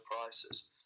prices